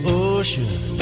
ocean